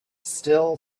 still